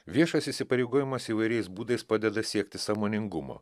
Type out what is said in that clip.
viešas įsipareigojimas įvairiais būdais padeda siekti sąmoningumo